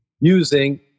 using